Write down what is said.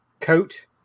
coat